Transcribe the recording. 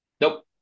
Nope